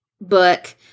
book